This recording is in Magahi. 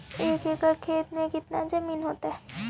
एक एकड़ खेत कितनी जमीन होते हैं?